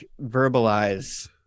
verbalize